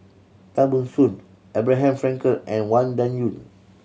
Tan Ban Soon Abraham Frankel and Wang